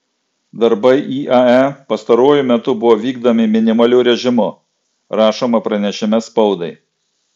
darbai iae pastaruoju metu buvo vykdomi minimaliu režimu rašoma pranešime spaudai